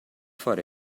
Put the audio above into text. for